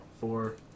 four